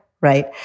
Right